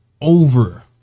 over